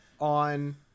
on